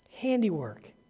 handiwork